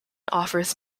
offers